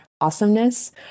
awesomeness